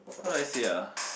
how do I say ah